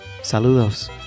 saludos